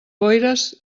boires